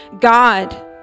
God